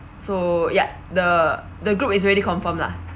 so ya the the group is already confirmed lah